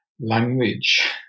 language